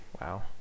Wow